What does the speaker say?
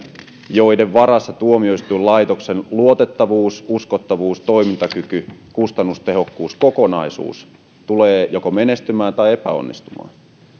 joiden varassa tuomioistuinlaitoksen luotettavuus uskottavuus toimintakyky kustannustehokkuus kokonaisuus tulee joko menestymään tai epäonnistumaan